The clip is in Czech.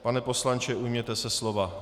Pane poslanče, ujměte se slova.